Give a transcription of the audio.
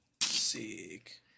Sick